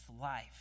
life